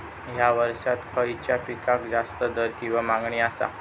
हया वर्सात खइच्या पिकाक जास्त दर किंवा मागणी आसा?